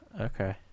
Okay